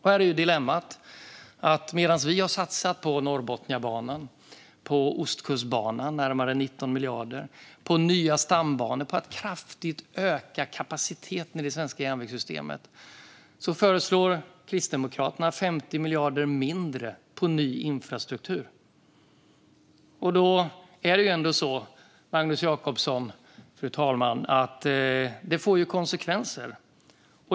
Här är dilemmat att medan vi har satsat på Norrbotniabanan, närmare 19 miljarder på Ostkustbanan, på nya stambanor, på att kraftigt öka kapaciteten i det svenska järnvägssystemet, föreslår Kristdemokraterna 50 miljarder mindre på ny infrastruktur. Men det får konsekvenser, Magnus Jacobsson.